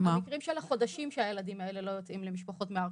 המקרים של חודשים שהילדים האלה לא יוצאים למשפחות מארחות.